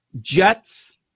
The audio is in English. Jets